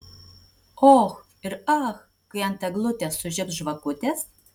och ir ach kai ant eglutės sužibs žvakutės